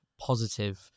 positive